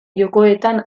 jokoetan